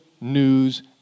news